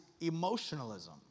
emotionalism